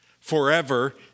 Forever